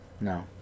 No